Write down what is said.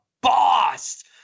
boss